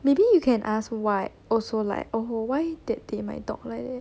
maybe you can ask why also like oh why did did my dog like that